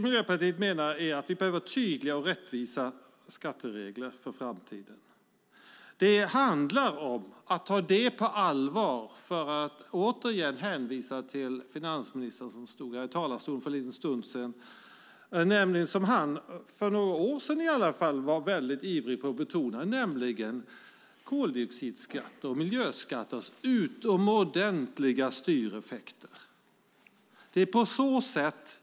Miljöpartiet menar att vi behöver tydliga och rättvisa skatteregler för framtiden. Det handlar om att ta det på allvar - för att åter hänvisa till finansministern som stod i talarstolen för en liten stund sedan. För några år sedan betonade han ivrigt koldioxidskatters och miljöskatters utomordentliga styreffekter.